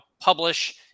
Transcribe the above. publish